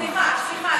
סליחה, סליחה, סליחה.